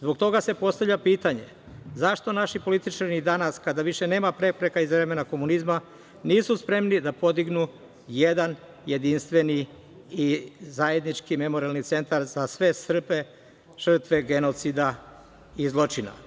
Zbog toga se postavlja pitanje - zašto naši političari ni danas, kada više nema prepreka iz vremena komunizma, nisu spremni da podignu jedan jedinstveni i zajednički memorijalni centar za sve Srbe žrtve genocida i zločina?